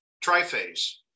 tri-phase